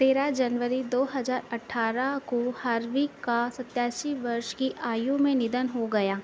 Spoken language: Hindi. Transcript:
तेरा जनवरी दो हजार अट्ठारह को हार्वी का सत्यासी वर्ष की आयु में निधन हो गया